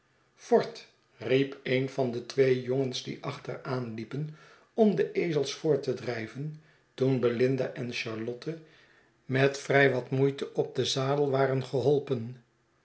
vort riep een van de twee jongens die achteraanliepen om de ezels voort te drijven toen belinda en charlotte met vrij wat moeite op den zadel waren geholpen